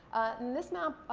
in this map,